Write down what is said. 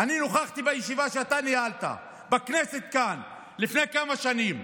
אני נכחתי בישיבה שאתה ניהלת בכנסת כאן לפני כמה שנים,